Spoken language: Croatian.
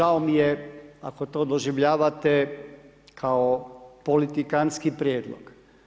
Žao mi je ako to doživljavate kao politikantski prijedlog.